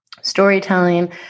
storytelling